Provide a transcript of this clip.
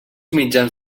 mitjans